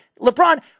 LeBron